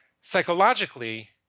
Psychologically